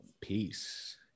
peace